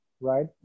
right